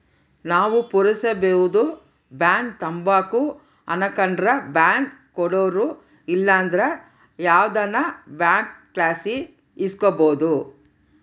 ನಾವು ಪುರಸಬೇದು ಬಾಂಡ್ ತಾಂಬಕು ಅನಕಂಡ್ರ ಬಾಂಡ್ ಕೊಡೋರು ಇಲ್ಲಂದ್ರ ಯಾವ್ದನ ಬ್ಯಾಂಕ್ಲಾಸಿ ಇಸ್ಕಬೋದು